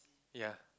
ya